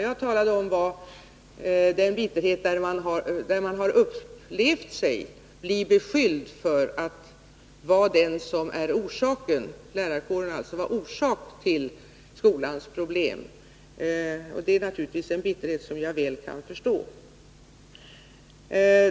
Jag talade om den bitterhet som uppstått när man upplevt att lärarkåren blivit beskylld för att vara orsaken till skolans «problem, och det är naturligtvis en bitterhet som jag väl kan förstå.